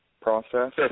process